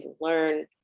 learn